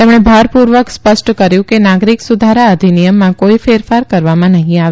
તેમણે ભારપૂર્વક સ્પષ્ટ કર્યું કે નાગરિક સુધારા અધિનિયમમાં કોઈ ફેરફાર કરવામાં નહીં આવે